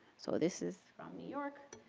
so, this is from new york.